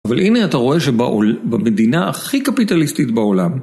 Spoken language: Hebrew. אבל הנה אתה רואה שבעול.. במדינה הכי קפיטליסטית בעולם.